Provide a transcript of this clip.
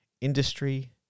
industry